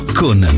con